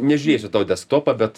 nežiūrėsiu tavo desktopą bet